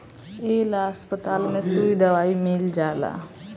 ए ला अस्पताल में सुई दवाई मील जाला